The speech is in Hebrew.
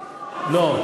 לא.